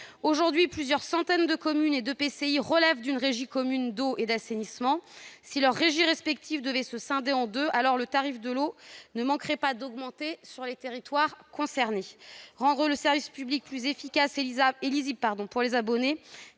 Aujourd'hui, plusieurs centaines de communes et d'EPCI relèvent d'une régie commune d'eau et d'assainissement. Si leurs régies respectives devaient se scinder en deux, alors le tarif de l'eau ne manquerait pas d'augmenter sur les territoires concernés. Rendre le service public plus efficace et lisible pour les abonnés,